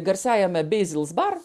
garsiajame beizils bar